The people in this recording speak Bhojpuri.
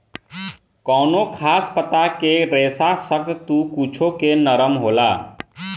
कवनो खास पता के रेसा सख्त त कुछो के नरम होला